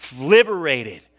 liberated